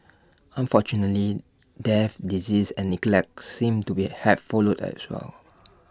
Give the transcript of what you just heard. unfortunately death disease and neglect seemed to be have followed as well